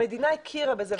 המדינה הכירה בזה,